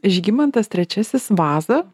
žygimantas trečiasis vaza